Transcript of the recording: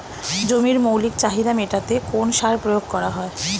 জমির মৌলিক চাহিদা মেটাতে কোন সার প্রয়োগ করা হয়?